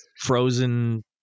Frozen